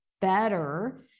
better